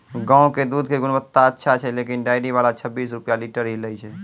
गांव के दूध के गुणवत्ता अच्छा छै लेकिन डेयरी वाला छब्बीस रुपिया लीटर ही लेय छै?